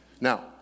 Now